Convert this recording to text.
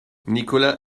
nicolas